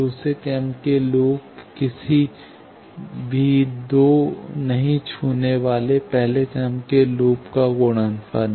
दूसरा पहले क्रम के लूप किसी भी दो नहीं छूने वाले पहले पहले क्रम के लूप का गुणनफल है